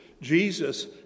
Jesus